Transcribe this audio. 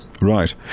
Right